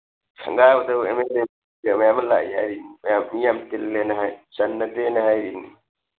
ꯁꯪꯒꯥꯕꯗꯕꯨ ꯑꯦ ꯃꯦ ꯂꯦ ꯀꯩꯀꯥ ꯃꯌꯥꯝ ꯑꯃ ꯂꯥꯛꯏ ꯍꯥꯏꯔꯤꯅꯦ ꯃꯤ ꯌꯥꯝ ꯇꯤꯜꯂꯦꯅ ꯍꯥꯏ ꯆꯟꯅꯗꯦꯅ ꯍꯥꯏꯔꯤꯅꯦ